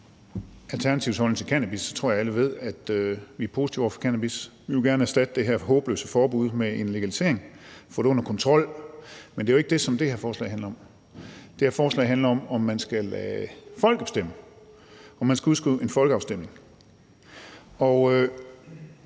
Alternativets holdning til cannabis, tror jeg, alle ved, at vi er positive over for cannabis. Vi vil gerne have det her håbløse forbud erstattet med en legalisering, få det under kontrol, men det er jo ikke det, som det her forslag handler om. Det her forslag handler om, om man skal lade folk bestemme, altså om man skal udskrive en folkeafstemning.